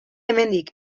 hemendik